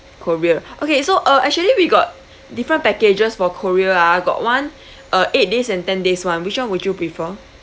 korea okay so uh actually we got different packages for korea ah got one uh eight days and ten days one which one would you prefer